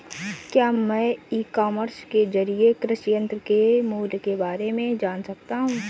क्या मैं e commerce के ज़रिए कृषि यंत्र के मूल्य में बारे में जान सकता हूँ?